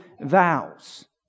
vows